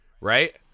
right